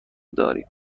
داریم